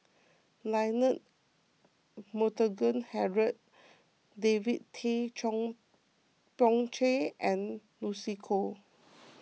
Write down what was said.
Leonard Montague Harrod David Tay Poey Cher and Lucy Koh